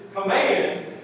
command